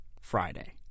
Friday